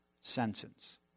sentence